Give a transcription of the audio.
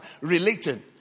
relating